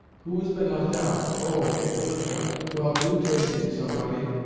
who has been left out? oh, nicolinka. well, do take him, somebody.